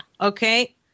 okay